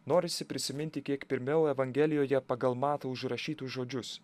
norisi prisiminti kiek pirmiau evangelijoje pagal matą užrašytus žodžius